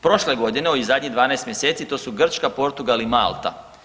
Prošle godine, ovih zadnjih 12 mjeseci to su Grčka, Portugal i Malta.